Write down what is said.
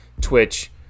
Twitch